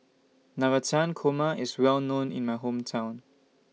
Navratan Korma IS Well known in My Hometown